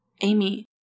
Amy